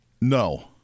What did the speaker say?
No